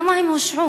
למה הם הושעו?